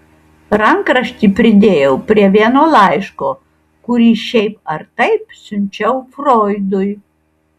rankraštį pridėjau prie vieno laiško kurį šiaip ar taip siunčiau froidui